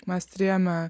mes turėjome